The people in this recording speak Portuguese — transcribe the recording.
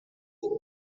eles